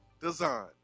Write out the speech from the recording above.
design